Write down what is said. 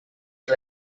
que